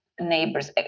neighbors